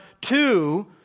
two